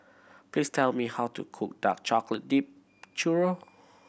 please tell me how to cook dark chocolate dipped churro